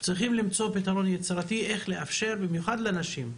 צריך למצוא פתרון יצירתי איך לאפשר, במיוחד לנשים.